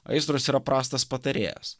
aistros yra prastas patarėjas